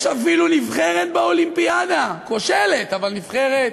יש אפילו נבחרת באולימפיאדה, כושלת, אבל נבחרת.